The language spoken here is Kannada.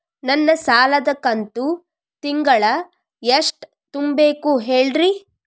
ನನ್ನ ಸಾಲದ ಕಂತು ತಿಂಗಳ ಎಷ್ಟ ತುಂಬಬೇಕು ಹೇಳ್ರಿ?